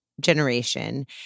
generation